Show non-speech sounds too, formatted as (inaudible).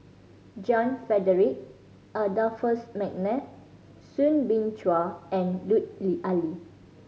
John Frederick Adolphus McNair Soo Bin Chua and Lut (unintelligible) Ali